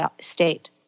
state